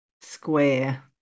square